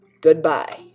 Goodbye